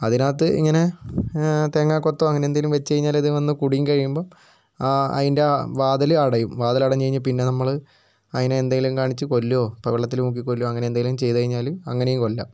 അതിനകത്ത് ഇങ്ങനെ തേങ്ങാക്കൊത്തോ അങ്ങനെ എന്തെങ്കിലും വച്ചു കഴിഞ്ഞാൽ ഇത് വന്ന് കുടുങ്ങി കഴിയുമ്പം ആ അതിൻ്റെ ആ വാതിൽ അടയും വാതിൽ അടഞ്ഞു കഴിഞ്ഞാൽ പിന്നെ നമ്മൾ അതിനെ എന്തെങ്കിലും കാണിച്ച് കൊല്ലുകയോ ഇപ്പോൾ വെള്ളത്തിൽ മുക്കി കൊല്ലുകയോ അങ്ങനെ എന്തെങ്കിലും ചെയ്തു കഴിഞ്ഞാൽ അങ്ങനെയും കൊല്ലാം